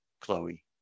Chloe